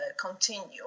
continue